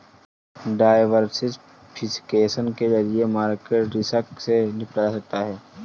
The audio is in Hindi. डायवर्सिफिकेशन के जरिए मार्केट रिस्क से निपटा जा सकता है